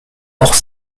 hors